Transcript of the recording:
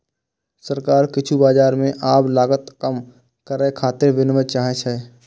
सरकार किछु बाजार मे आब लागत कम करै खातिर विनियम चाहै छै